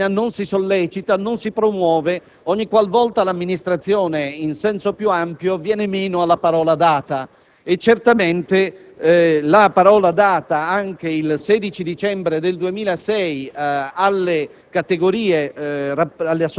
non si determina, non si sollecita, non si promuove ogni qual volta l'amministrazione in senso più ampio viene meno alla parola data, e certamente la parola data anche il 16 dicembre 2006 alle